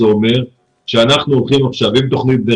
זה אומר שאנחנו הולכים עכשיו עם תוכנית בני